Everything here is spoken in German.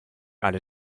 alle